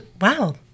wow